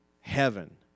heaven